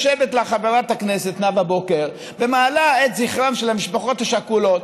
יושבת לה חברת הכנסת נאוה בוקר ומעלה את זכרן של המשפחות השכולות,